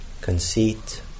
conceit